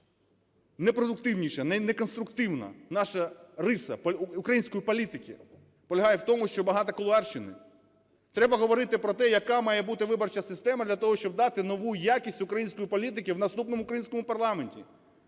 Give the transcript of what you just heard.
найнепродуктивніша, найнеконструктивна наша риса, української політики, полягає в тому, що багато кулуарщини. Треба говорити про те, яка має бути виборча система для того, щоб дати нову якість української політики в наступному українському парламенті.